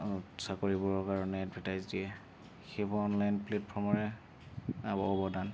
চাকৰিবোৰৰ কাৰণেএডভাৰটাইজ দিয়ে সেইবোৰ অনলাইন প্লেটফৰ্মৰে অৱদান